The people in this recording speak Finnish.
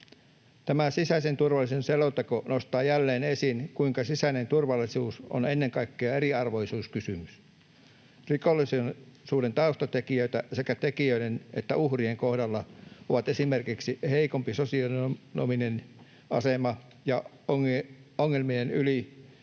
Tämä sisäisen turvallisuuden selonteko nostaa jälleen esiin, kuinka sisäinen turvallisuus on ennen kaikkea eriarvoisuuskysymys. Rikollisuuden taustatekijöitä sekä tekijöiden että uhrien kohdalla ovat esimerkiksi heikompi sosioekonominen asema ja ongelmien